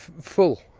full.